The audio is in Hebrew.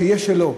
שיהיה שלו,